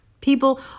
People